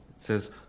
Says